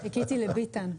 חיכיתי לביטן.